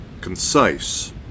concise